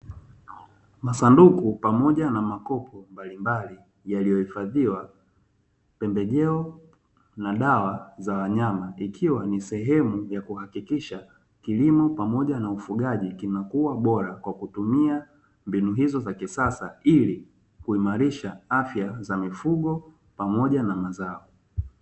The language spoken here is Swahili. Masanduku pamoja na makopo mbalimbali yaliyohifadhiwa pembejeo na dawa za wanyama, ikiwa ni sehemu ya kuhakikisha kilimo pamoja na ufugaji vimekuwa bora kwa kutumia mbinu hizo za kisasa ili kuimarisha afya za mifugo pamoja na mazao.